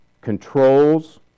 controls